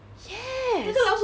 yes